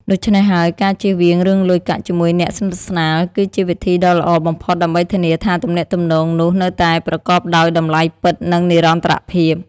ដូច្នេះហើយ ការជៀសវាងរឿងលុយកាក់ជាមួយអ្នកស្និទ្ធស្នាល គឺជាវិធីដ៏ល្អបំផុតដើម្បីធានាថាទំនាក់ទំនងនោះនៅតែប្រកបដោយតម្លៃពិត និងនិរន្តរភាព។